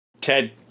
Ted